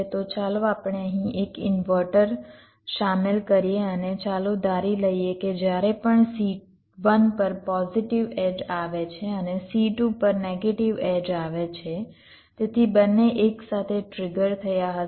તો ચાલો આપણે અહીં એક ઇન્વર્ટર શામેલ કરીએ અને ચાલો ધારી લઈએ કે જ્યારે પણ C1 પર પોઝિટિવ એડ્જ આવે છે અને C2 પર નેગેટિવ એડ્જ આવે છે તેથી બંને એક સાથે ટ્રિગર થયા હશે